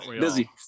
busy